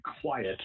quiet